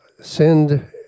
send